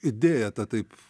idėja ta taip